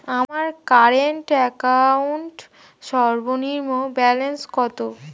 আমার current account সর্বনিম্ন balance কত?